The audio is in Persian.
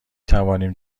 توانیم